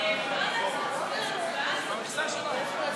לא היה צלצול להצבעה